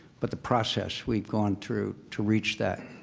but the process we've gone through to reach that.